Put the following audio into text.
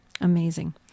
Amazing